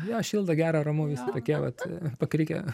jo šilta gera ramu visi tokie vat pakrikę